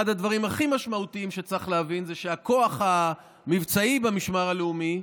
אחד הדברים הכי משמעותיים שצריך להבין זה שהכוח המבצעי במשמר הלאומי,